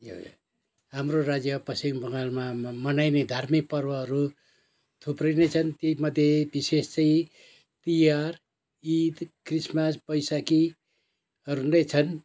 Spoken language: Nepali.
हाम्रो राज्य पश्चिम बङ्गालमा म मनाइने धार्मिक पर्वहरू थुप्रै नै छन् तीमध्ये बिशेष चै तिहार ईद क्रिस्मस वैशाखीहरू नै छन्